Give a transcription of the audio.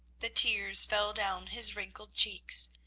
the tears fell down his wrinkled cheeks,